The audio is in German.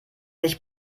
nicht